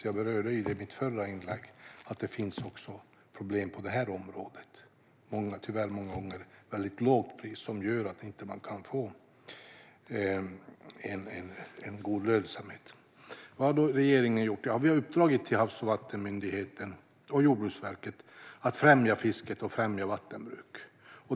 I mitt förra inlägg berörde jag att det finns problem på det området. Tyvärr är priset många gånger väldigt lågt, vilket gör att man inte kan få en god lönsamhet. Vad har då regeringen gjort? Vi har uppdragit till Havs och vattenmyndigheten och Jordbruksverket att främja fiske och vattenbruk.